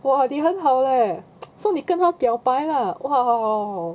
!wah! 你很好 leh 是你跟他表白 lah !wow!